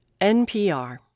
NPR